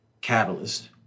catalyst